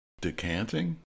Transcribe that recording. decanting